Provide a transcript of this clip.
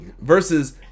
versus